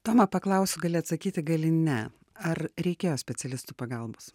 toma paklausiu gali atsakyti gali ne ar reikėjo specialistų pagalbos